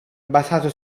basato